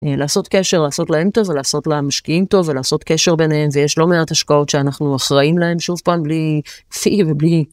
לעשות קשר לעשות להם טוב לעשות להם שקיעים טוב ולעשות קשר ביניהם ויש לא מעט השקעות שאנחנו אחראים להם שוב פעם בלי.